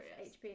HP